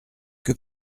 que